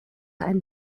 einen